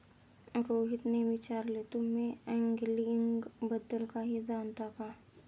रोहितने विचारले, तुम्ही अँगलिंग बद्दल काही जाणता का?